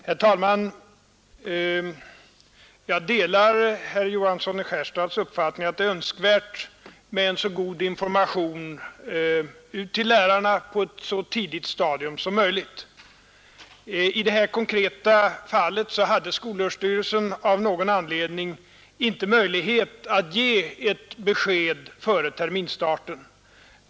Herr talman! Jag delar herr Johanssons i Skärstad uppfattning att det är önskvärt med god information ut till lärarna på ett så tidigt stadium som möjligt. I detta konkreta fall hade skolöverstyrelsen av någon anledning inte möjlighet att ge ett besked före terminsstarten.